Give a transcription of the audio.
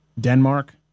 Denmark